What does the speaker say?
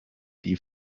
die